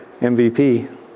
MVP